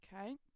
Okay